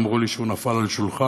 אמרו לי שהוא נפל על שולחן,